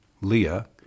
Leah